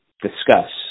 discuss